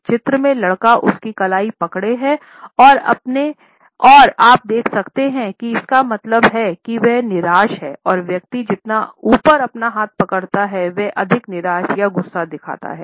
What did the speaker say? इस चित्र में लड़का उसकी कलाई पकड़े हैं और आप देख सकते हैं कि इसका मतलब है कि वह निराश है और व्यक्ति जितना ऊपर अपना हाथ पकड़ता है यह अधिक निराशा या गुस्सा दिखाता हैं